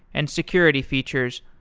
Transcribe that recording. and security features,